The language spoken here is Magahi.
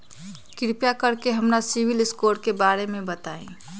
कृपा कर के हमरा सिबिल स्कोर के बारे में बताई?